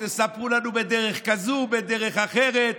תספרו לנו בדרך כזאת או בדרך אחרת,